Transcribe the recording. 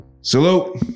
Salute